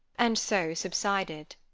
and so subsided.